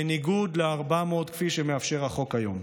בניגוד ל-400 כפי שמאפשר החוק היום.